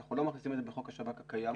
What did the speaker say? אנחנו לא מכניסים את זה בחוק השב"כ הקיים.